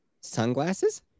Sunglasses